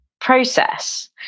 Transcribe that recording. process